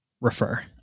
refer